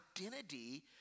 identity